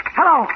Hello